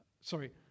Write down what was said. sorry